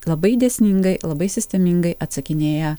labai dėsningai labai sistemingai atsakinėja